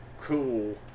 cool